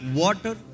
water